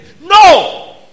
No